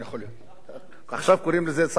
עכשיו קוראים לזה שר האנרגיה והמים עוזי לנדאו.